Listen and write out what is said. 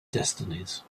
destinies